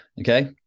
Okay